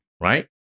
right